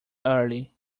early